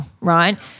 right